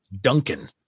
Duncan